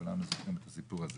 כולנו זוכרים את הסיפור הזה.